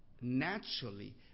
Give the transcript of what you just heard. naturally